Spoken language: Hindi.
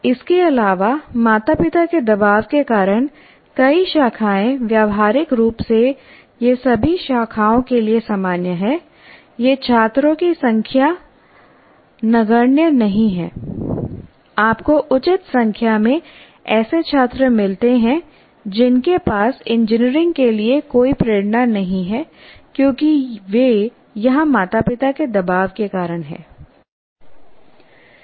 इसके अलावा माता पिता के दबाव के कारण कई शाखाएँ व्यावहारिक रूप से यह सभी शाखाओं के लिए सामान्य है यह छात्रों की संख्या नगण्य नहीं है आपको उचित संख्या में ऐसे छात्र मिलते हैं जिनके पास इंजीनियरिंग के लिए कोई प्रेरणा नहीं है क्योंकि वे यहां माता पिता के दबाव के कारण हैं